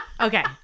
Okay